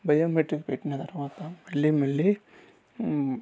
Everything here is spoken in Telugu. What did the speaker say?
బయోమెట్రిక్ పెట్టిన తర్వాత మళ్ళీ మళ్ళీ